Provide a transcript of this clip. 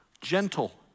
gentle